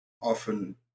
often